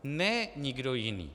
Ne nikdo jiný.